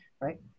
right